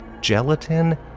gelatin